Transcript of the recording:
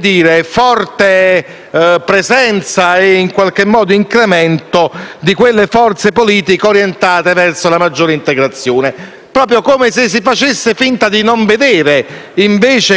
di una forte presenza e incremento di quelle forze politiche orientate verso la maggiore integrazione, proprio come se si facesse finta di non vedere